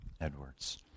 Edwards